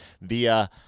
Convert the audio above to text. via